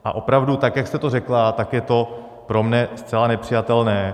A opravdu tak jak jste to řekla, tak je to pro mě zcela nepřijatelné.